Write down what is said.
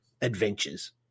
adventures